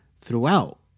throughout